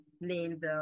named